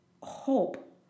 hope